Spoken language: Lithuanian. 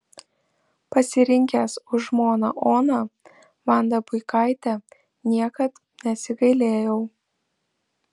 pasirinkęs už žmoną oną vandą buikaitę niekad nesigailėjau